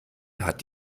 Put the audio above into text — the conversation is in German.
hat